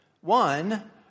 One